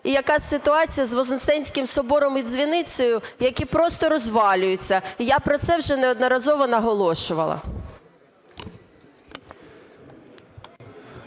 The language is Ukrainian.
і яка ситуацію з Вознесенським собором і дзвіницею, які просто розвалюються? Я про це вже неодноразово наголошувала.